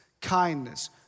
kindness